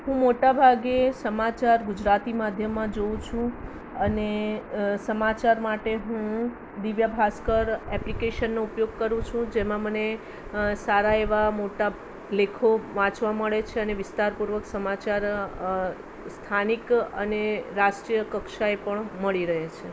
હું મોટા ભાગે સમાચાર ગુજરાતી માધ્યમમાં જોઉ છું અને સમાચાર માટે હું દિવ્ય ભાસ્કર એપ્લિકેશનનો ઉપયોગ કરું છું જેમાં મને સારા એવા મોટા લેખો વાંચવા મળે છે અને વિસ્તારપૂર્વક સમાચાર સ્થાનિક અને રાષ્ટ્રીય કક્ષાએ પણ મળી રહે છે